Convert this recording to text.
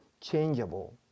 changeable